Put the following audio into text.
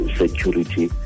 security